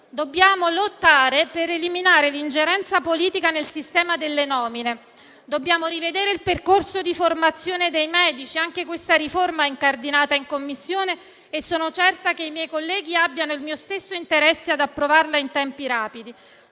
Dobbiamo lottare per eliminare l'ingerenza politica nel sistema delle nomine. Dobbiamo rivedere il percorso di formazione dei medici. Anche su questa riforma, incardinata in Commissione, sono certa che i miei colleghi abbiano il mio stesso interesse ad approvarla in tempi rapidi.